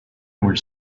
were